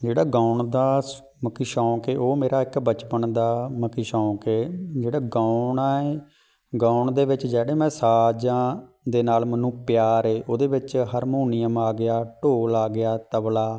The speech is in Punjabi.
ਜਿਹੜਾ ਗਾਉਣ ਦਾ ਸ ਮਕੀ ਸ਼ੌਂਕ ਏ ਉਹ ਮੇਰਾ ਇੱਕ ਬਚਪਨ ਦਾ ਮਕੀ ਸ਼ੌਂਕ ਏ ਜਿਹੜਾ ਗਾਉਣਾ ਏ ਗਾਉਣ ਦੇ ਵਿੱਚ ਜਿਹੜੇ ਮੈਂ ਸਾਜਾਂ ਦੇ ਨਾਲ ਮੈਨੂੰ ਪਿਆਰ ਏ ਉਹਦੇ ਵਿੱਚ ਹਰਮੋਨੀਅਮ ਆ ਗਿਆ ਢੋਲ ਆ ਗਿਆ ਤਬਲਾ